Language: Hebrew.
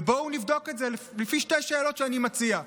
בואו נבדוק את זה לפי שתי שאלות שאני מציע.